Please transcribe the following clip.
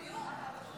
מאיר,